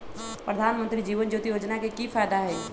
प्रधानमंत्री जीवन ज्योति योजना के की फायदा हई?